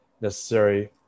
necessary